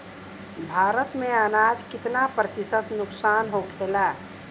भारत में अनाज कितना प्रतिशत नुकसान होखेला?